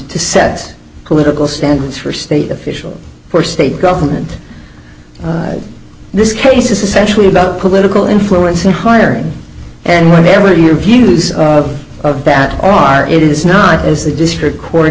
set political standards for state officials for state government this case essentially about political influence in hiring and whatever your views of that are it is not as the district court